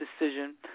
decision